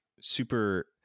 super